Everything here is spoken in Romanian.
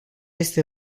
este